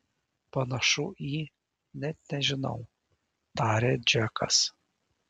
panašu į net nežinau tarė džekas